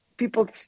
People